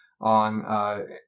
on